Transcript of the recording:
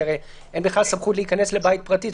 כי הרי אין בכלל סמכות להיכנס לבית פרטי.